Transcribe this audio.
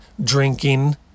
drinking